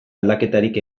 aldaketarik